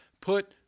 Put